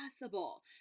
possible